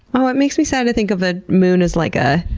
oh it makes me sad to think of the moon as like a